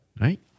right